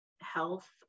health